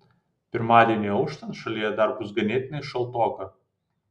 pirmadieniui auštant šalyje dar bus ganėtinai šaltoka